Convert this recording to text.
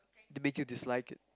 to make you dislike it